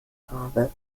habe